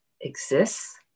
exists